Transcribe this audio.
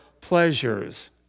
pleasures